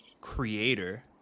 creator